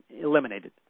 eliminated